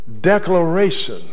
declaration